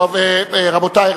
רבותי.